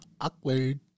Awkward